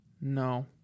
No